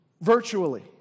virtually